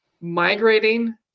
migrating